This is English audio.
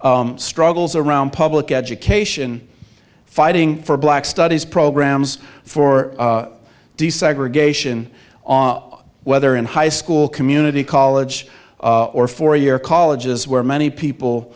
struggles around public education fighting for black studies programs for desegregation whether in high school community college or four year colleges where many people